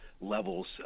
levels